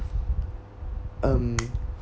um